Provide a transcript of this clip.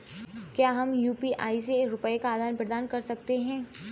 क्या हम यू.पी.आई से रुपये का आदान प्रदान कर सकते हैं?